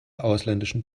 ausländischen